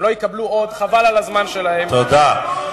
הם לא יקבלו עוד, חבל על הזמן שלהם, אתם תיתנו.